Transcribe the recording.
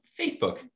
facebook